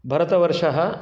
भरतवर्षः